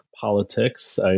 politics